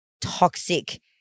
toxic